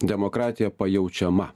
demokratija pajaučiama